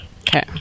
okay